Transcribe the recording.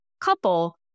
couple